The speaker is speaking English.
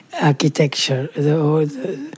architecture